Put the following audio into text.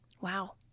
Wow